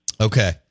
Okay